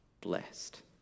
blessed